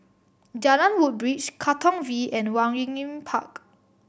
Jalan Woodbridge Katong V and Waringin Park